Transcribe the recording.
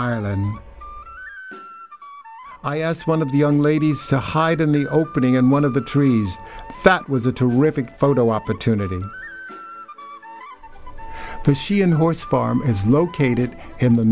ireland i asked one of the young ladies to hide in the opening and one of the trees that was a terrific photo opportunity to she in horse farm is located in the